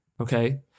okay